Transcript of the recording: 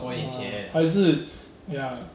ah 还是 ya